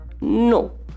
no